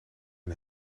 hun